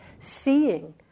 seeing